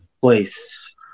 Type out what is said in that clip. place